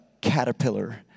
caterpillar